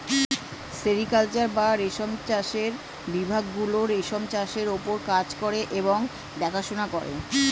sericulture বা রেশম চাষের বিভাগ গুলো রেশম চাষের ওপর কাজ করে এবং দেখাশোনা করে